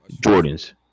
Jordans